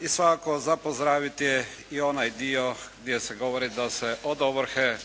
I svakako, za pozdraviti je i onaj dio gdje se govori da se od ovrhe